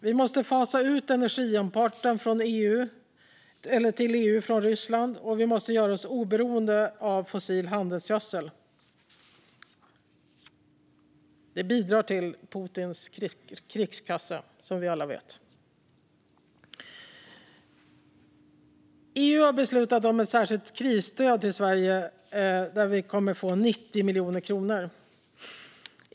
Vi måste fasa ut energiimporten till EU från Ryssland. Vi måste göra oss oberoende av fossil handelsgödsel. Det bidrar som vi alla vet till Putins krigskassa. EU har beslutat om ett särskilt krisstöd till Sverige där vi kommer att få 90 miljoner kronor.